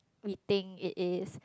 we think it is